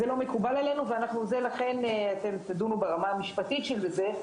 זה לא מקובל עלינו ולכן אתם תדונו ברמה המשפטית של זה,